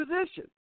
position